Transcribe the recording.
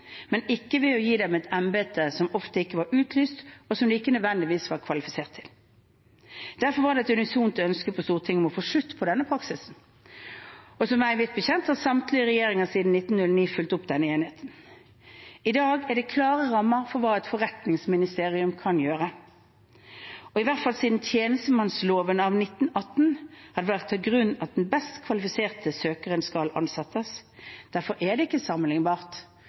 men ikke ved å gi dem et embete som ofte ikke var utlyst, og som de ikke nødvendigvis var kvalifisert til. Derfor var det et unisont ønske på Stortinget om å få slutt på denne praksisen. Meg bekjent har samtlige regjeringer siden 1909 fulgt opp denne enigheten. I dag er det klare rammer for hva et forretningsministerium kan gjøre, og i hvert fall siden tjenestemannsloven av 1918 har det vært lagt til grunn at den best kvalifiserte søkeren skal ansettes. Derfor er det ikke sammenlignbart